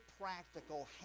practical